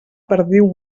perdiu